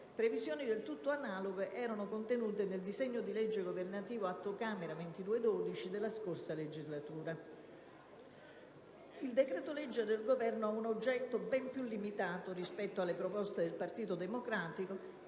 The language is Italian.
Previsioni del tutto analoghe erano contenute nel disegno di legge governativo Atto Camera n. 2212, della scorsa legislatura. Il decreto-legge del Governo ha un oggetto ben più limitato rispetto alle proposte del Partito Democratico